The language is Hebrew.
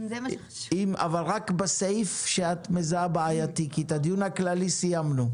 אבל רק בסעיף שאת מזהה כבעייתי כי את הדיון הכללי סיימנו.